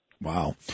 Wow